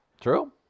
true